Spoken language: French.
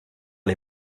les